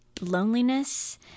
loneliness